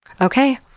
Okay